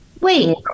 Wait